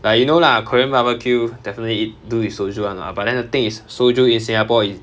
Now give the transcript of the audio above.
like you know lah korean barbecue definitely ea~ do with soju [one] lah but then the thing is soju in singapore is